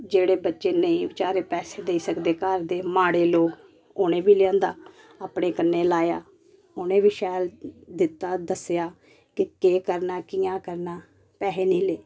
जेह्ड़े बच्चे नेई बचैरे पेसे देई सकदे घर दे माड़े लोग उनें बी लेआंद अपने कन्नै लाया उनेंगी बी शैल दित्ता दस्सेआ के केह् करना कियां करना पैहे नी ले